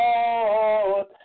Lord